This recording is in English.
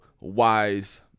wise